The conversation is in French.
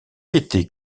était